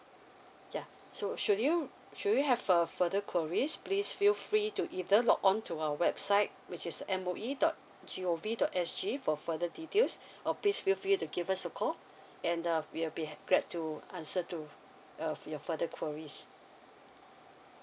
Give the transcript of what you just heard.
yeah so should you should you have a further queries please feel free to either log on to our website which is M O E dot G O V dot S G for further details or please feel free to give us a call and uh we will be glad to answer to of your further queries